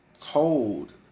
told